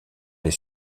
les